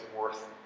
worth